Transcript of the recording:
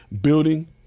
building